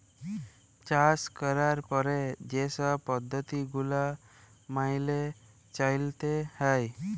চাষ ক্যরার পরে যে ছব পদ্ধতি গুলা ম্যাইলে চ্যইলতে হ্যয়